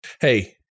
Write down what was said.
Hey